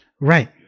right